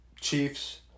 Chiefs